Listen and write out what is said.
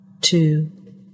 two